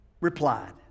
replied